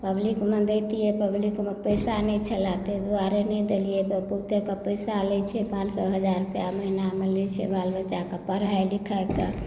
पब्लिकमे दैतियै पब्लिकमे पैसा नहि छलए ताहि दुआरे नहि देलियै कियाक तऽ ओहिमे पैसा लैत छै पाँच सए हजार रुपैआ महिनामे लैत छै बाल बच्चाके पढ़ाइ लिखाइके